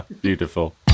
Beautiful